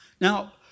Now